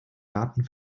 daten